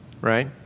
right